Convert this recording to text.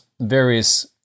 various